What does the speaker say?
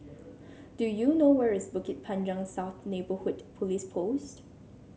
do you know where is Bukit Panjang South Neighbourhood Police Post